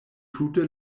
tute